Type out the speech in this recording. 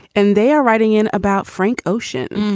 and they are writing in about frank ocean.